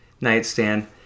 nightstand